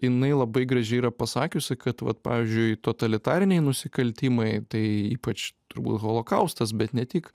jinai labai gražiai yra pasakiusi kad vat pavyzdžiui totalitariniai nusikaltimai tai ypač turbūt holokaustas bet ne tik